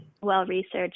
well-researched